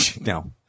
No